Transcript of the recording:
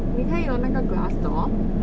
你可以有那个 glass door